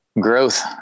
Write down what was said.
growth